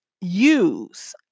use